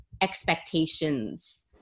expectations